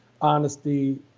honesty